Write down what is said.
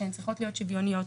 שצריכות להיות שוויוניות,